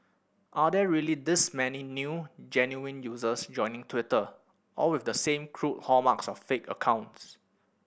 are there really this many new genuine users joining Twitter all with the same crude hallmarks of fake accounts